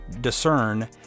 discern